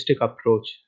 approach